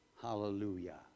Hallelujah